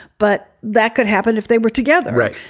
but that could happen if they were together. right.